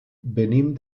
venim